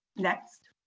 next,